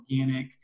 organic